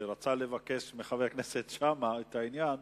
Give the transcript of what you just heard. שרצה לבקש מחבר הכנסת שאמה את העניין,